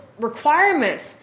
requirements